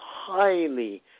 highly